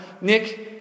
Nick